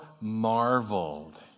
marveled